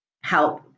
help